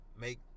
make